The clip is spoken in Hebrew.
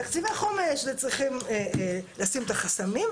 בתקציבי חומש צריכים לשים את החסמים,